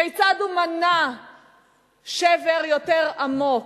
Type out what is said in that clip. כיצד הוא מנע שבר יותר עמוק,